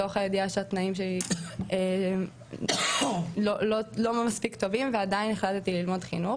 מתוך הידיעה שהתנאים שלי לא מספיק טובים ועדיין החלטתי ללמוד חינוך,